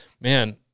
man